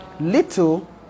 Little